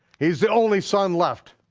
he's the only son left